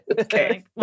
Okay